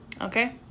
Okay